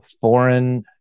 foreign